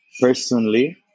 Personally